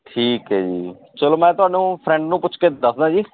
ਠੀਕ ਹੈ ਜੀ ਚੱਲੋ ਮੈਂ ਤੁਹਾਨੂੰ ਫਰੈਂਡ ਨੂੰ ਪੁੱਛ ਕੇ ਦੱਸਦਾ ਜੀ